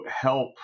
help